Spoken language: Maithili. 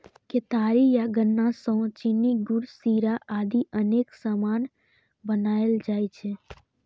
केतारी या गन्ना सं चीनी, गुड़, शीरा आदि अनेक सामान बनाएल जाइ छै